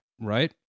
right